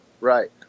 right